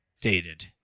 dated